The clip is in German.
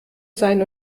sein